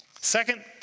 Second